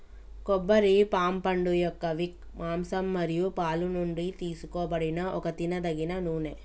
కొబ్బరి పామ్ పండుయొక్క విక్, మాంసం మరియు పాలు నుండి తీసుకోబడిన ఒక తినదగిన నూనె